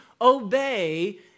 obey